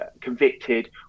convicted